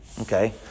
Okay